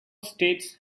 states